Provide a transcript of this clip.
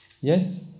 yes